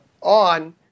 on